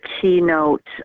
keynote